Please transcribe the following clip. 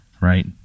right